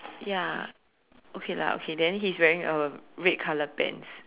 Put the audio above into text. ya okay lah okay then he is wearing a red colour pants